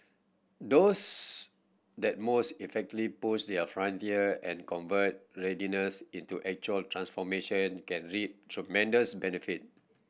those that most effectively push a frontier and convert readiness into actual transformation can reap tremendous benefit